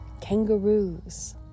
kangaroos